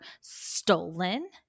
stolen